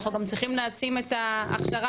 אנחנו גם צריכים להעצים את ההכשרה